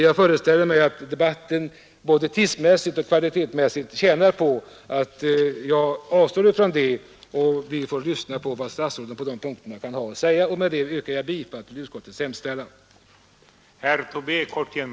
Jag föreställer mig att debatten både tidsmässigt och kvalitetsmässigt vinner på att jag avstår från det och att vi får lyssna på vad statsrådet kan ha att säga på de punkterna. Med dessa ord yrkar jag bifall till utskottets hemställan.